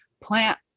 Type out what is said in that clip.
plant